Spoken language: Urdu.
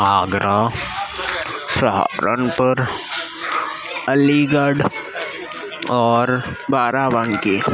آگرہ سہارنپور علی گڑھ اور بارہ بنکی